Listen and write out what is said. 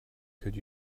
could